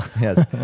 Yes